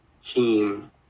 team